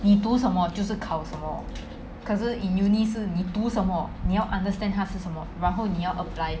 你读什么就是考什么可是 in uni 是你读什么你要 understand 它是什么然后你要 apply